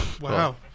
Wow